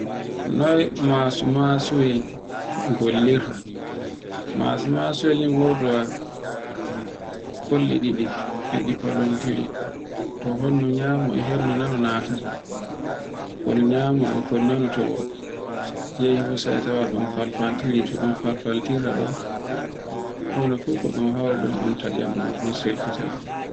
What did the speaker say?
Noy masumasuyel gollirta. Masumasuyel e wodowa kolle ɗiɗi, e ɗi fotondiri, to honyu nyama e hendu nana natata, kol nyama e kol nano to yehugo sai tawa ɗum falfantiri, to ɗun falfantira ɗon hono fuko ɗun haure fu ɗun tacca ɗun sirkita ɗum.